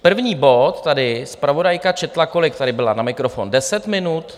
První bod tady zpravodajka četla kolik tady byla na mikrofon deset minut?